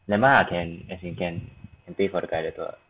never mind ah can as in can pay for the guided tour